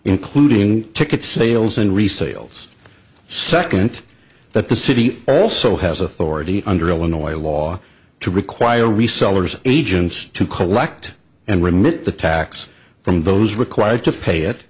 including ticket sales and resales second that the city also has authority under illinois law to require resellers agents to collect and remit the tax from those required to pay it